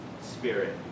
spirit